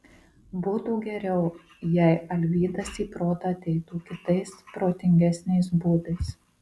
būtų geriau jei alvydas į protą ateitų kitais protingesniais būdais